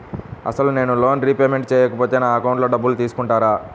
అసలు నేనూ loan repayment చేయకపోతే నా అకౌంట్లో డబ్బులు తీసుకుంటారా?